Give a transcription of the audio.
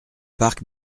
parc